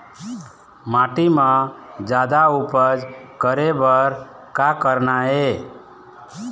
माटी म जादा उपज करे बर का करना ये?